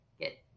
get